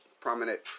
prominent